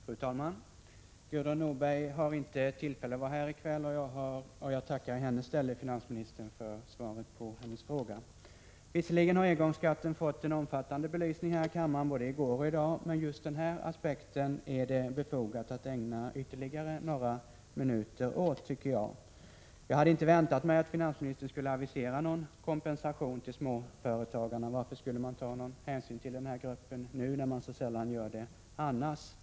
Fru talman! Gudrun Norberg har inte tillfälle att vara närvarande här i kväll, och jag tackar i hennes ställe finansministern för svaret på hennes fråga. Visserligen har engångsskatten fått en omfattande belysning här i kammaren både i går och i dag, men just den här aspekten är det befogat att ägna ytterligare några minuter åt, tycker jag. Jag hade inte väntat mig att finansministern skulle avisera någon kompensation till småföretagarna. Varför skulle man ta någon hänsyn till den gruppen nu, när man så sällan gör det annars?